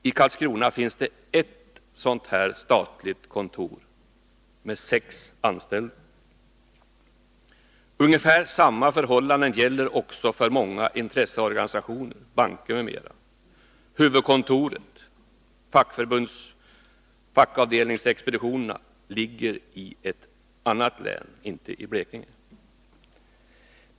I Karlskrona finns det ett sådant här statligt kontor med sex anställda. Ungefär samma förhållande gäller också för många intresseorganisationer, banker, m.m. Huvudkontoren, fackavdelningsexpeditionerna, ligger i ett annat län, inte i Blekinge.